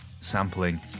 sampling